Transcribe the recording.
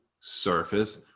surface